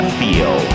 feel